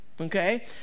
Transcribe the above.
okay